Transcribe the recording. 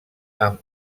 amb